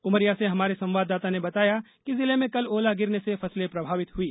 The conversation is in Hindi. उमरिया से हमारे संवाददाता ने बताया कि जिले में कल ओला गिरने से फसले प्रभावित हुई